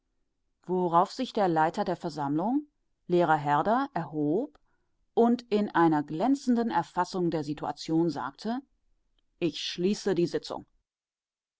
worauf sich der leiter der versammlung lehrer herder erhob und in einer glänzenden erfassung der situation sagte ich schließe die sitzung